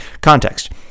Context